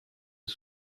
est